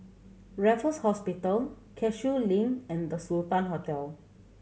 Raffles Hospital Cashew Link and The Sultan Hotel